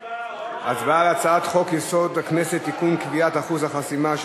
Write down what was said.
הצבעה על חוק-יסוד: הכנסת (תיקון קביעת אחוז החסימה),